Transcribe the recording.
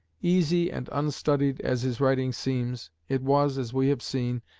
easy and unstudied as his writing seems, it was, as we have seen,